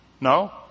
no